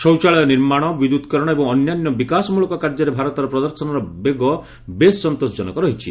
ଶୌଚାଳୟ ନିର୍ମାଣ ବିଦ୍ୟୁତିକରଣ ଏବଂ ଅନ୍ୟାନ୍ୟ ବିକାଶମୂଳକ କାର୍ଯ୍ୟରେ ଭାରତର ପ୍ରଦର୍ଶନର ବେଗ ବେଶ୍ ସନ୍ତୋଷଜନକ ରହିଛି